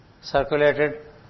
circulated